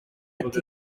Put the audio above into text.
ati